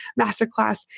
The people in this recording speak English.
masterclass